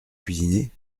cuisiner